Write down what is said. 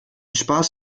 spaß